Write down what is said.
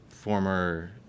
former